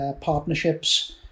partnerships